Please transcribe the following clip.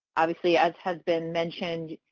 obviously as has been mentioned,